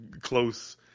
close